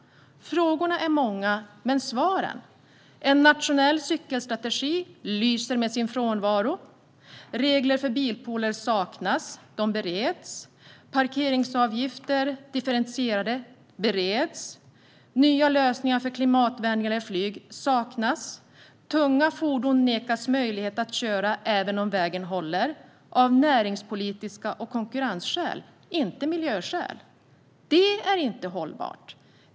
Frågorna är många, men hur är det med svaren? En nationell cykelstrategi lyser med sin frånvaro. Regler för bilpooler saknas - de bereds. Differentierade parkeringsavgifter bereds också. Nya lösningar för klimatvänligare flyg saknas. Tunga fordon nekas möjlighet att köra, även om vägen håller, av näringspolitiska skäl och av konkurrensskäl - inte av miljöskäl. Det är inte hållbart.